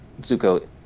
Zuko